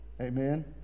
Amen